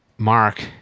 Mark